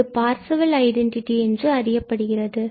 அது Parseval identity என்று அறியப்படுகிறது